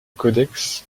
codex